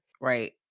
right